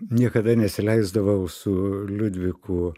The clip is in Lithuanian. niekada nesileisdavau su liudviku